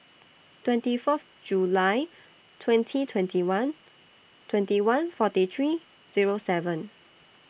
twenty Fourth July twenty twenty one twenty one forty three Zero seven